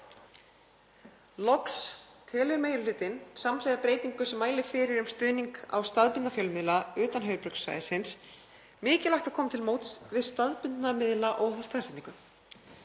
Loks telur meiri hlutinn, samhliða breytingu sem mælir fyrir um stuðning við staðbundna fjölmiðla utan höfuðborgarsvæðisins, mikilvægt að koma til móts við staðbundna miðla óháð staðsetningu.